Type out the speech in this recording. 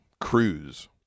Cruise